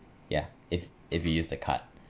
yeah if if you use the card